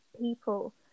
people